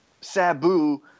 Sabu